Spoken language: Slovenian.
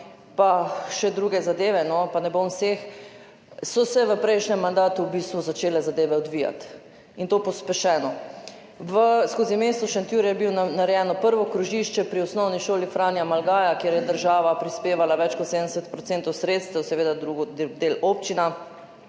pa še druge zadeve, pa ne bom vseh, so se v prejšnjem mandatu v bistvu začele zadeve odvijati, in to pospešeno. Skozi mesto Šentjur je bilo narejeno prvo krožišče pri Osnovni šoli Franja Malgaja, kjer je država prispevala več kot 70 % sredstev, seveda drug del občina.